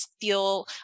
feel